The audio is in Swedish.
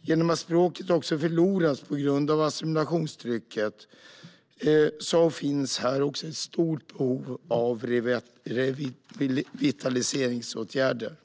Genom att språket också förlorats på grund av assimilationstrycket finns ett stort behov av revitaliseringsåtgärder.